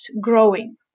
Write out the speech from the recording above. growing